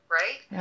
right